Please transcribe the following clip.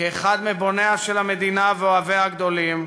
כאחד מבוניה של המדינה ואוהביה הגדולים,